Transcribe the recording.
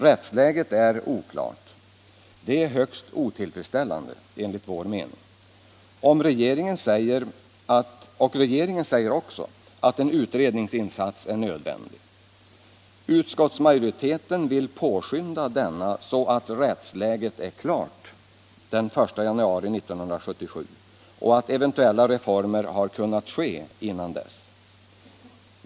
Rättsläget är oklart. Det är enligt vår mening högst otillfredsställande. Regeringen säger oc att en utredningsin majoriteten vill påskynda denna, så att rät ats är nödvändig. Utskoussläget är klart den I januari 1977 och så att eventuella reformer har kunnat ske innan dess.